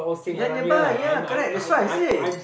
ya nearby ya correct that's why I say